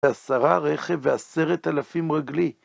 ועשרה רכב ועשרת אלפים רגלי.